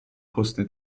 costi